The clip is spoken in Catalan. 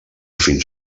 fins